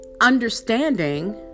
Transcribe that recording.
Understanding